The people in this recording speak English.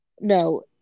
no